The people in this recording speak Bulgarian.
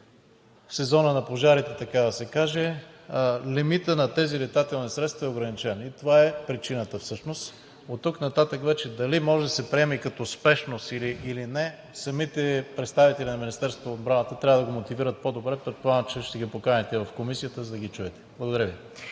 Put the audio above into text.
сезона на пожарите, така да се каже, лимитът на тези летателни средства е ограничен и това всъщност е причината. Оттук нататък вече дали може да се приеме и като спешност или не, самите представители на Министерството на отбраната трябва да го мотивират по-добре, предполагам, че ще ги поканите в Комисията, за да ги чуете. Благодаря Ви.